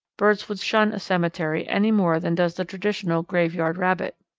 birds would shun a cemetery any more than does the traditional graveyard rabbit.